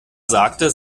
sagte